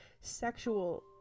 sexual